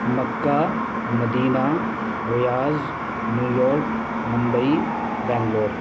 Mecca Medina Riyadh New York Mumbai Bangalore